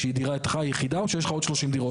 שהיא דירתך היחידה, או שיש לך עוד שלושים דירות?